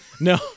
No